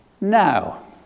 Now